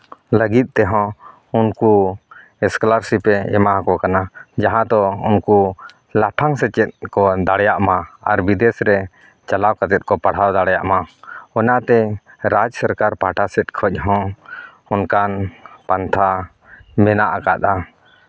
ᱞᱟᱹᱜᱤᱫ ᱛᱮᱦᱚᱸ ᱩᱱᱠᱩ ᱮᱥᱠᱚᱞᱟᱨᱥᱤᱯᱮ ᱮᱢᱟᱣᱟᱠᱚ ᱠᱟᱱᱟ ᱡᱟᱦᱟᱸ ᱫᱚ ᱩᱱᱠᱩ ᱞᱟᱯᱷᱟᱝ ᱥᱮᱪᱮᱫ ᱠᱚ ᱫᱟᱲᱮᱭᱟᱜ ᱢᱟ ᱟᱨ ᱵᱤᱫᱮᱥ ᱨᱮ ᱪᱟᱞᱟᱣ ᱠᱟᱛᱮ ᱠᱚ ᱯᱟᱲᱦᱟᱣ ᱫᱟᱲᱮᱭᱟᱜ ᱢᱟ ᱚᱱᱟᱛᱮ ᱨᱟᱡᱽ ᱥᱚᱨᱠᱟᱨ ᱯᱟᱦᱴᱟ ᱥᱮᱫ ᱠᱷᱚᱡ ᱦᱚᱸ ᱚᱱᱠᱟᱱ ᱯᱟᱱᱛᱷᱟ ᱢᱮᱱᱟᱜ ᱟᱠᱟᱫᱼᱟ